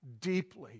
deeply